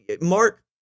Mark